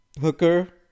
Hooker